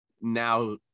now